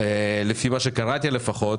לפי מה שקראתי לפחות,